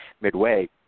midway